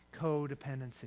codependency